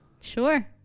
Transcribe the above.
sure